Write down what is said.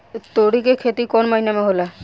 तोड़ी के खेती कउन महीना में होला?